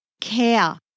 care